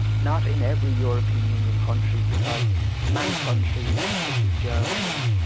not in every european union country because many countries such as germany,